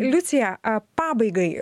liucija a pabaigai